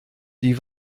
die